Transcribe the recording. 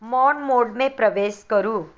मौन मोडमे प्रवेश करू